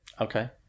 Okay